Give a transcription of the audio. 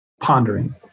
pondering